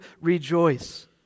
rejoice